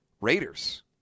Raiders